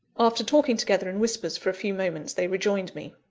after talking together in whispers for a few moments, they rejoined me.